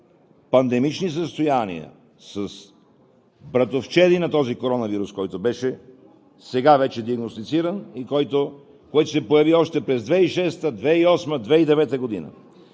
пандемични състояния с братовчеди на този коронавирус, който беше, сега вече диагностициран, който се появи още през 2006-а, 2008-а, 2009 г.!